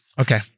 Okay